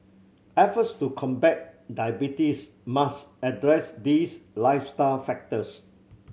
efforts to combat diabetes must address these lifestyle factors